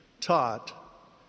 taught